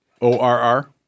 O-R-R